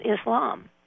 Islam